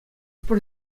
пӗр